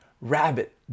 rabbit